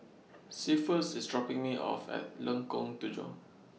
Cephus IS dropping Me off At Lengkong Tujuh